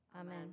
Amen